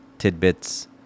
tidbits